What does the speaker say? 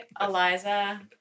Eliza